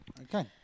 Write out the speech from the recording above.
Okay